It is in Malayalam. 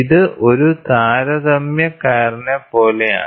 ഇത് ഒരു താരതമ്യക്കാരനെപ്പോലെയാണ്